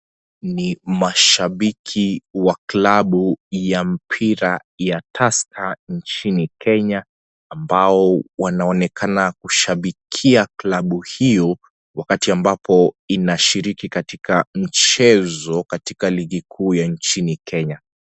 Ni mashabiki wa klabu ya mpira ya Tusker nchini Kenya ambao wanaonekana kushabikia klabu hiyo wakati ambapo inashiriki katika mchezo katika ligi kuu ya nchini Kenya.